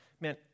Man